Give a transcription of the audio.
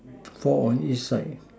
four on each side